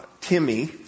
Timmy